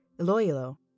Iloilo